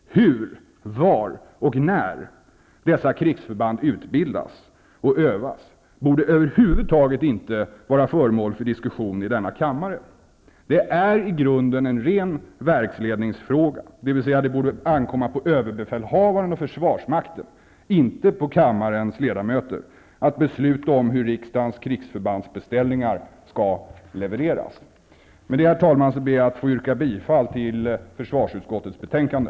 Hur, var och när dessa krigsförband utbildas och övas borde över huvud taget inte vara föremål för diskussion i denna kammare. Det är i grunden en ren verksledningsfråga, dvs. det borde ankomma på ÖB och försvarsmakten, inte på kammarens ledamöter, att besluta om hur riksdagens krigsförbandsbeställningar skall levereras. Med det, herr talman, ber jag att få yrka bifall till hemställan i försvarsutskottets betänkande.